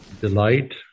delight